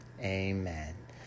amen